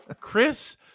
chris